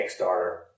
Kickstarter